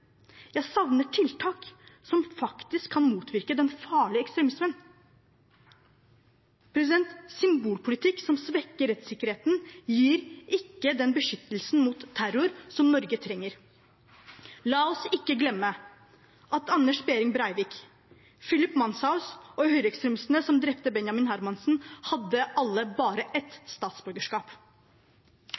Jeg savner tiltak som faktisk kan motvirke den farlige ekstremismen. Symbolpolitikk som svekker rettssikkerheten, gir ikke den beskyttelsen mot terror som Norge trenger. La oss ikke glemme at Anders Behring Breivik, Philip Manshaus og høyreekstremistene som drepte Benjamin Hermansen, hadde alle bare ett statsborgerskap.